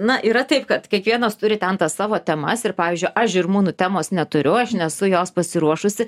na yra taip kad kiekvienas turi ten tas savo temas ir pavyzdžiui aš žirmūnų temos neturiu aš nesu jos pasiruošusi